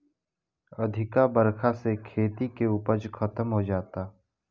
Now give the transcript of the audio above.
अधिका बरखा से खेती के उपज खतम हो जाता